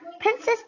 Princess